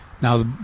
now